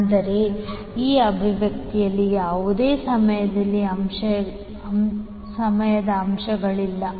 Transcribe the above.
ಅಂದರೆ ಈ ಅಭಿವ್ಯಕ್ತಿಯಲ್ಲಿ ಯಾವುದೇ ಸಮಯದ ಅಂಶಗಳಿಲ್ಲ